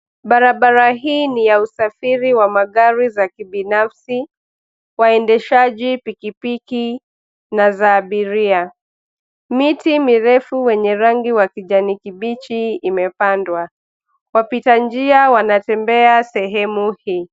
Barabara hii ni ya usafiri wa magari za kibinafsi, waendeshaji pikipiki na za abiria. Miti mirefu wenye rangi wa kijani kibichi imepandwa. Wapita njia wanatembea sehemu hii.